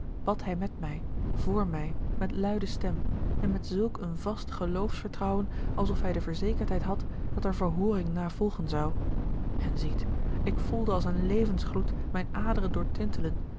bad hij met mij voor mij met luide stem en met zulk een vast geloofsvertrouwen alsof hij de verzekerdheid had dat er verhooring na volgen zou en ziet ik voelde als een levensgloed mijne aderen